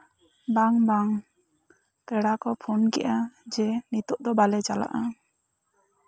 ᱵᱟᱝᱼᱵᱟᱝ ᱯᱮᱲᱟ ᱠᱚ ᱯᱷᱳᱱ ᱠᱮᱫᱼᱟ ᱡᱮ ᱱᱤᱛᱳᱜ ᱫᱚ ᱵᱟᱞᱮ ᱪᱟᱞᱟᱜᱼᱟ